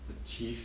achieve